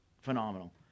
Phenomenal